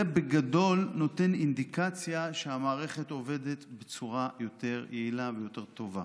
זה בגדול נותן אינדיקציה שהמערכת עובדת בצורה יותר יעילה ויותר טובה.